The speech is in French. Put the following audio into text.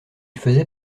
faisait